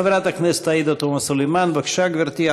חברת הכנסת עאידה תומא סלימאן, בבקשה, גברתי.